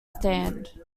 stand